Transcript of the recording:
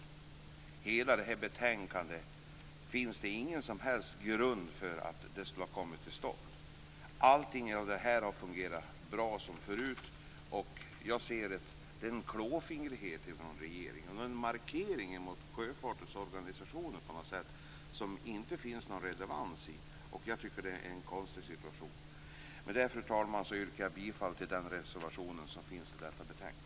I hela detta betänkande finns det ingen som helst grund för att den skulle ha kommit till stånd. Allting har tidigare fungerat bra, och jag betraktar detta som en klåfingrighet från regeringen. Det är fråga om en markering mot sjöfartens organisationer som det inte finns någon relevans för. Jag tycker att det är en konstig situation. Fru talman! Med det anförda yrkar jag bifall till den reservation som är fogad till detta betänkande.